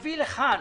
גם לא בסמכותך